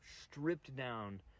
stripped-down